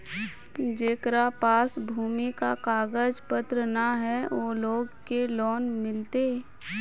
जेकरा पास भूमि का कागज पत्र न है वो लोग के लोन मिलते?